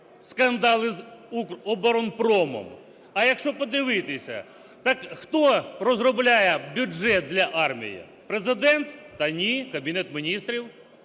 скандали з "Укроборонпромом", а якщо подивитися, так хто розробляє бюджет для армії – Президент? Та ні - Кабінет Міністрів.